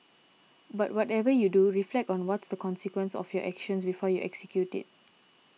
but whatever you do reflect on what's the consequences of your action before you execute it